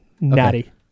Natty